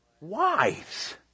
wives